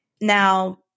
Now